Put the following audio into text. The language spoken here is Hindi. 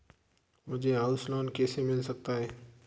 मुझे हाउस लोंन कैसे मिल सकता है?